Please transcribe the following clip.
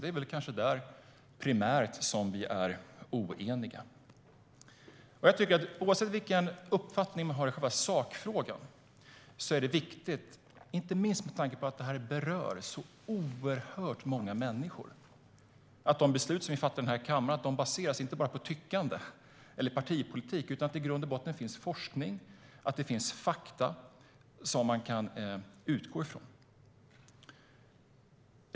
Det är kanske primärt där vi är oeniga. Oavsett vilken uppfattning man har i själva sakfrågan tycker jag att det är viktigt, inte minst med tanke på att det här berör så oerhört många människor, att de beslut vi fattar i den här kammaren inte bara baseras på tyckande eller partipolitik utan att det i grund och botten finns forskning och fakta som man kan utgå från.